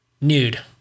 Nude